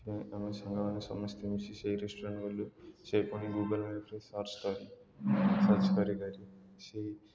ଆମ ସାଙ୍ଗମାନେ ସମସ୍ତେ ମିଶି ସେଇ ରେଷ୍ଟୁରାଣ୍ଟ୍ ଗଲୁ ସେପୁଣି ଗୁଗଲ୍ ମ୍ୟାପ୍ରେ ସର୍ଚ୍ଚ କରି ସର୍ଚ୍ଚ କରି କରି ସେଇ